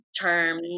term